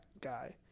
guy